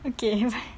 okay but